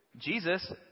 Jesus